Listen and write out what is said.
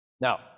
Now